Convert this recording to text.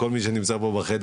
לכל מי שנמצא פה בחדר,